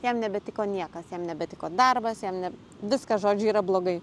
jam nebetiko niekas jam nebetiko darbas jam ne viskas žodžiu yra blogai